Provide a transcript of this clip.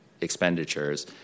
expenditures